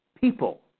people